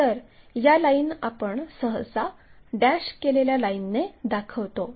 तर या लाईन आपण सहसा डॅश केलेल्या लाईनने दाखवतो